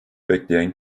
bekleyen